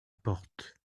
porte